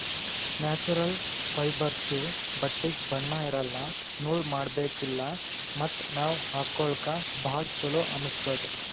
natural ಫೈಬರ್ಸ್ದು ಬಟ್ಟಿಗ್ ಬಣ್ಣಾ ಇರಲ್ಲ ನೂಲ್ ಮಾಡಬೇಕಿಲ್ಲ ಮತ್ತ್ ನಾವ್ ಹಾಕೊಳ್ಕ ಭಾಳ್ ಚೊಲೋ ಅನ್ನಸ್ತದ್